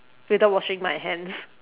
without washing my hands